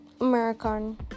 American